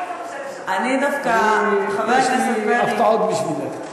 אם אתה מבשל לשבת, יש לי הפתעות בשבילך.